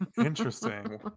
Interesting